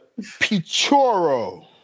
Pichoro